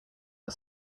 are